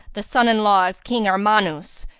the son-in-law of king armanus,